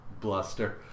bluster